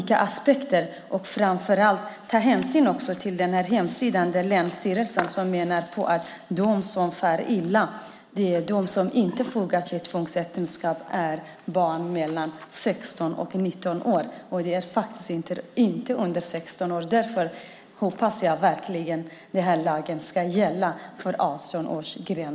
Man måste också ta hänsyn till hemsidan där länsstyrelsen menar att de som far illa är de som inte fogar sig i att ingå tvångsäktenskap och är mellan 16 och 19 år - faktiskt inte under 16 år. Därför hoppas jag verkligen att det är 18-årsgräns som gäller för lagen.